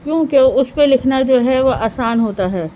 کیونکہ اس پہ لکھنا جو ہے وہ آسان ہوتا ہے